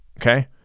okay